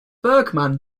bergmann